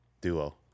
Duo